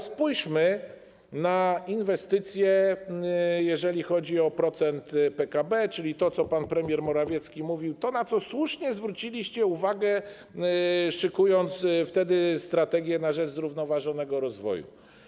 Spójrzmy na inwestycje, jeśli chodzi o procent PKB, czyli to, co pan premier Morawiecki mówił, to, na co słusznie zwróciliście uwagę, szykując wtedy „Strategię na rzecz zrównoważonego rozwoju”